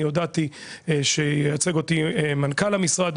אני הודעתי שייצג אותי מנכ"ל המשרד,